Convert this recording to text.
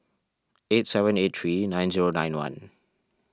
eight seven eight three nine zero nine one